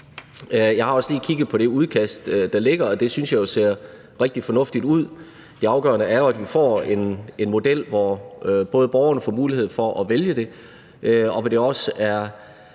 Jeg har også lige kigget på det udkast, der ligger, og det synes jeg jo ser rigtig fornuftigt ud. Det afgørende er jo, at vi får en model, både hvor borgerne får mulighed for at vælge det og hvor der også